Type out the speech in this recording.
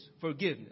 forgiveness